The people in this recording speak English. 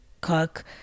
cook